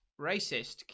racist